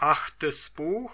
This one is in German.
wilhelm